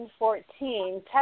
2014